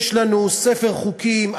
יש לנו ספר חוקים עשיר,